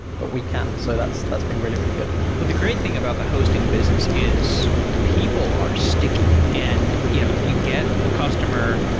but we can, so that's that's been really, really good but the great thing about the hosting business is people are sticky. and you know if you get a customer,